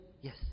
yes